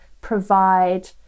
provide